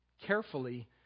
carefully